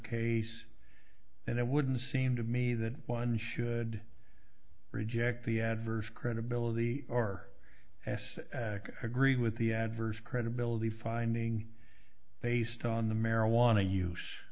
case and it wouldn't seem to me that one should reject the adverse credibility or as agree with the adverse credibility finding based on the marijuana use